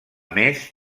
més